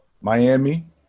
Miami